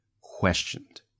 questioned